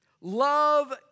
Love